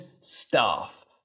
staff